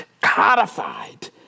codified